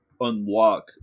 unlock